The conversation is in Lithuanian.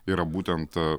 yra būtent